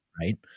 right